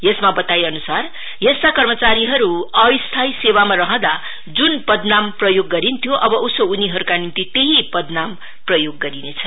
यसमा बताइएअनुसार यस्ता कर्मचारीहरु अस्थायी सेवामा रहँदा जुन पदनाम प्रयोग गरिन्थ्यो अ सो उनीहरुका निम्ति त्यही पदनाम प्रयोग गरिनेछ